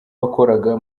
wakoraga